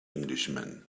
englishman